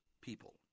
people